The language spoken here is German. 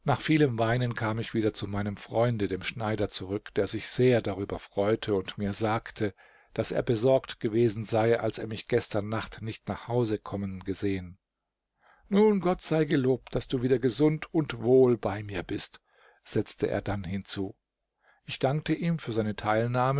nach vielem weinen kam ich wieder zu meinem freunde dem schneider zurück der sich sehr darüber freute und mir sagte daß er besorgt gewesen sei als er mich gestern nacht nicht nach hause kommen gesehen nun gott sei gelobt daß du wieder gesund und wohl bei mir bist setzte er dann hinzu ich dankte ihm für seine teilnahme